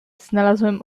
znalazłem